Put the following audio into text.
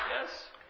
yes